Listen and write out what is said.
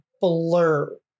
blur